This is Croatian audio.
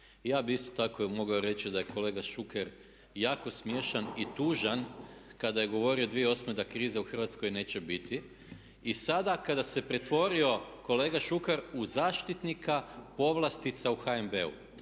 ja bih isto tako mogao reći da je kolega Šuker jako smiješan i tužan kada je govorio 2008. da krize u Hrvatskoj neće biti. I sada kada se pretvorio kolega Šuker u zaštitnika povlastica u HNB-u.